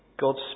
God's